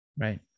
right